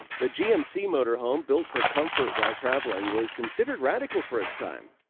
the gmc motorhome, built for comfort while traveling, was considered radical for its time.